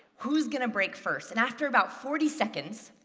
who's going to break first? and after about forty seconds,